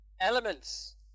Elements